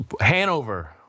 Hanover